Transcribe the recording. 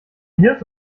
hirte